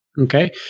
Okay